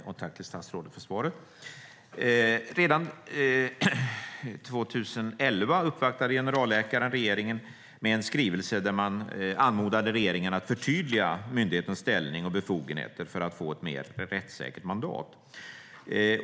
Fru talman! Tack, statsrådet, för svaret! Redan 2011 uppvaktade generalläkaren regeringen med en skrivelse där man anmodade regeringen att förtydliga myndighetens ställning och befogenheter för att få ett mer rättssäkert mandat.